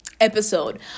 episode